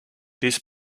this